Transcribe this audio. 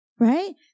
right